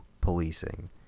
policing